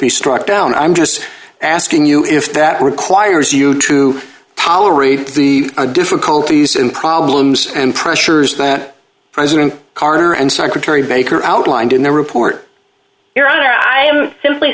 be struck down i'm just asking you if that requires you to tolerate the difficulties and problems in pressures that president carter and secretary baker outlined in the report your honor i am simply